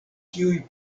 kiuj